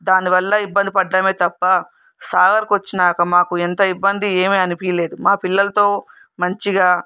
దానివల్ల ఇబ్బంది పడ్డామే తప్ప సాగర్కి వచ్చినాక మాకు ఎంత ఇబ్బంది ఏమి అనిపించలేదు మా పిల్లలతో మంచిగా